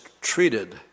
treated